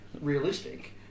realistic